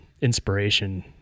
inspiration